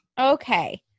Okay